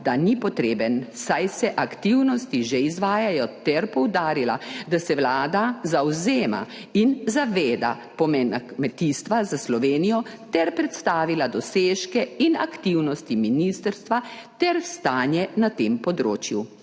da ni potreben, saj se aktivnosti že izvajajo ter poudarila, da se Vlada zavzema in zaveda pomena kmetijstva za Slovenijo ter predstavila dosežke in aktivnosti ministrstva ter stanje na tem področju.